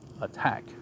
attack